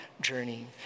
journey